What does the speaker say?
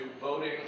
voting